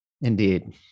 indeed